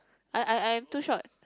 I I I'm too short